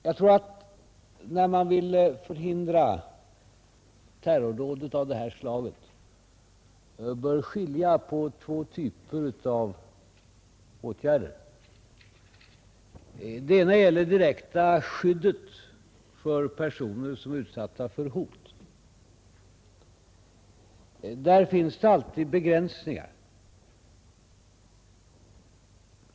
Jag tror att man, när man vill förhindra terrordåd av detta slag, bör skilja på två typer av åtgärder. Den ena gäller det direkta skyddet för personer som är utsatta för hot. Där finns alltid begränsningar.